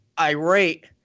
irate